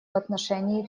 отношении